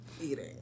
eating